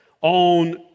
on